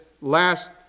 last